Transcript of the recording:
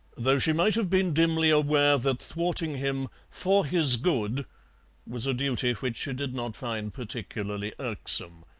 though she might have been dimly aware that thwarting him for his good was a duty which she did not find particularly irksome.